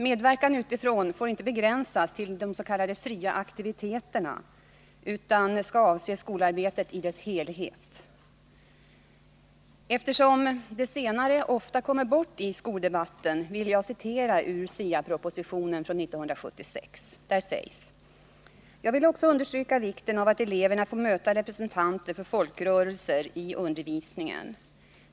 Medverkan utifrån får inte begränsas till de s.k. fria aktiviteterna utan skall avse skolarbetet i dess helhet. Eftersom det senare ofta kommer bort i skoldebatten vill jag citera ur SIA-propositionen från 1976: ”Jag vill också understryka vikten av att eleverna får möta representanter för folkrörelser i undervisningen.